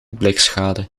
blikschade